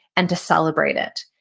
and to celebrate it.